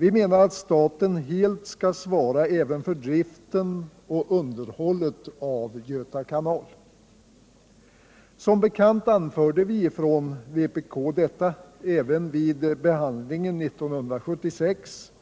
Vi menar att staten helt skall svara även för driften och underhållet av Göta kanal. Som bekant anförde vi från vpk detta även vid behandlingen 1976